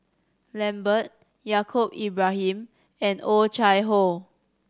Lambert Yaacob Ibrahim and Oh Chai Hoo